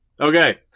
Okay